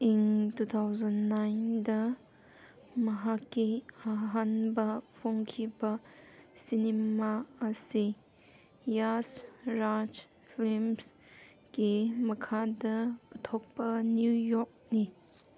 ꯏꯪ two thousand ꯅꯥꯏꯟꯗ ꯃꯍꯥꯛꯀꯤ ꯑꯍꯥꯟꯕ ꯐꯣꯡꯈꯤꯕ ꯁꯤꯅꯤꯃꯥ ꯑꯁꯤ ꯌꯥꯁ ꯔꯥꯖ ꯐ꯭ꯂꯤꯝꯁꯀꯤ ꯃꯈꯥꯗ ꯄꯨꯊꯣꯛꯄ ꯅꯤꯎ ꯌꯣꯛꯅꯤ